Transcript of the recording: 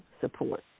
support